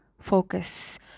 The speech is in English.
focus